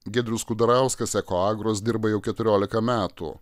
giedrius kudarauskas eko agros dirba jau keturiolika metų